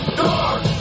dark